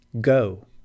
Go